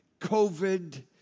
COVID